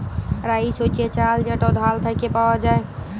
rice হছে চাল যেট ধাল থ্যাইকে পাউয়া যায়